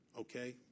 okay